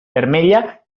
vermella